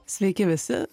sveiki visi